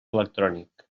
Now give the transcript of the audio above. electrònic